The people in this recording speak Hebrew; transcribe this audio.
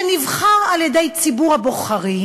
שנבחר על-ידי ציבור הבוחרים.